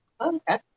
Okay